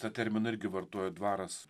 tą terminą irgi vartoja dvaras